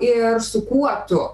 ir su kuo tu